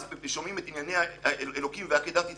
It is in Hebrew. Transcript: אז כששומעים את ענייני האלוקים ועקדת יצחק,